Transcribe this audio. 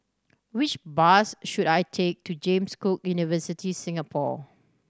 which bus should I take to James Cook University Singapore